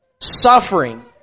suffering